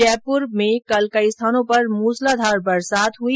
जयपुर में कल कई स्थानों पर मूसलाधार बरसात हुई